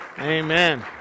Amen